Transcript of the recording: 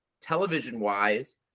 Television-wise